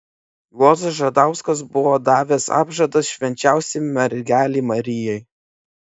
juozas žadauskas buvo davęs apžadą švenčiausiajai mergelei marijai